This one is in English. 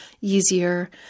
easier